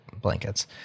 blankets